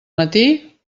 matí